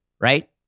right